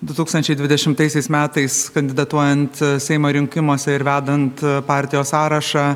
du tūkstančiai dvidešimtaisiais metais kandidatuojant seimo rinkimuose ir vedant partijos sąrašą